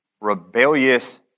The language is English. rebellious